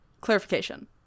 Clarification